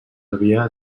havia